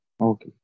Okay